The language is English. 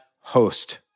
host